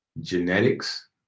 genetics